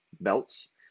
belts